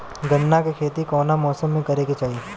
गन्ना के खेती कौना मौसम में करेके चाही?